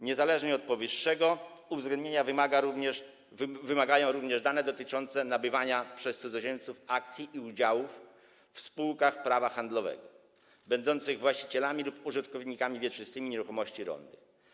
Niezależnie od powyższego uwzględnienia wymagają również dane dotyczące nabywania przez cudzoziemców akcji i udziałów w spółkach prawa handlowego będących właścicielami lub użytkownikami wieczystymi nieruchomości rolnych.